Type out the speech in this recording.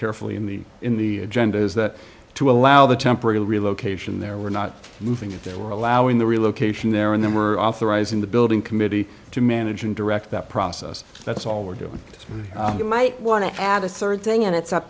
carefully in the in the agenda is that to allow the temporary relocation there we're not moving it there or allowing the relocation there in them or authorizing the building committee to manage and direct that process that's all we're doing as you might want to add a certain thing and it's up